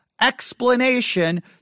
explanation